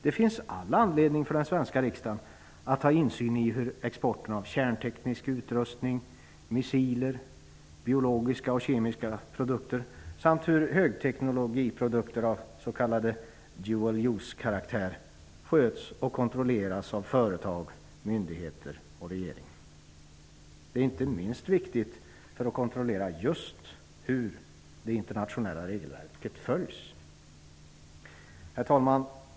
Det finns all anledning för den svenska riksdagen att ha insyn i hur exporten av kärnteknisk utrustning, missiler, biologiska och kemiska produkter samt högteknologiprodukter av s.k. dual-use-karaktär sköts och kontrolleras av företag, myndigheter och regering. Det är inte minst viktigt att kontrollera just hur det internationella regelverket följs. Herr talman!